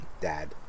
Dad